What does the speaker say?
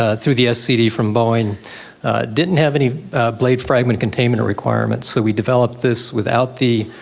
ah through the scd from boeing didn't have any blade fragment containment or requirements, so we developed this without the